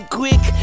quick